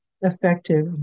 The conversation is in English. effective